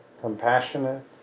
compassionate